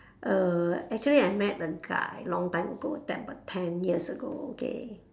uh actually I met a guy long time ago ten about ten years ago okay